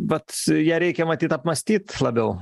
vat ją reikia matyt apmąstyt labiau